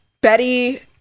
Betty